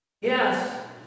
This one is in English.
Yes